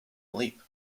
leap